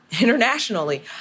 internationally